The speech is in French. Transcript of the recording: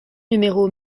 numéro